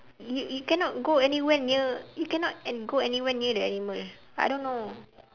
you you cannot go anywhere near you cannot and go anywhere near the animal I don't know